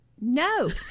No